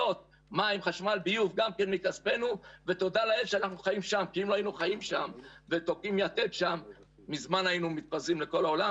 כי גם אם אתה תעשה מחר את המשפחתית ייקח לך זמן לבצע אותה,